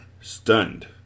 stunned